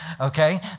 Okay